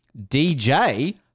DJ